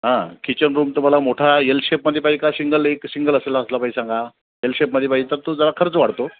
हां किचनरूम तुम्हाला मोठा एल शेपमध्ये पाहीजे का सिंगल एक सिंगल असेल असला पाहिजे सांगा एल शेपमध्ये पाहीजे तर तो जरा खर्च वाढतो